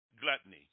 Gluttony